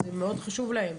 זה מאוד חשוב להם.